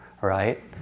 right